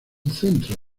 centro